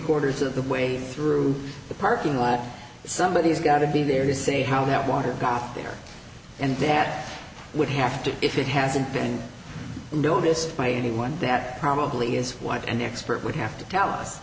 quarters of the way through the parking lot somebody has got to be there to say how that water got there and that would have to if it hasn't been noticed by anyone that probably is what an expert would have to tell us